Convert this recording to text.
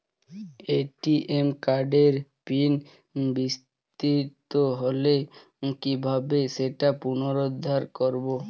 ATM কার্ডের pin বিস্মৃত হলে কীভাবে সেটা পুনরূদ্ধার করব?